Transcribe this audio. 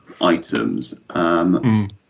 items